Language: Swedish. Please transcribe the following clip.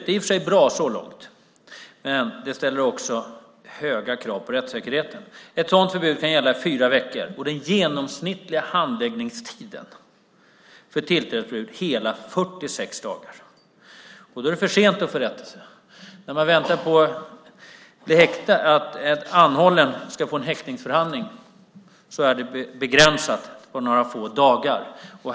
Det är i och för sig bra, men det ställer höga krav på rättssäkerheten. Ett tillträdesförbud kan gälla i fyra veckor, och den genomsnittliga handläggningstiden för tillträdesförbud är hela 46 dagar. Då är det för sent att få rättelse. När en anhållen väntar på häktningsförhandling finns det en gräns på några få dagar.